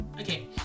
okay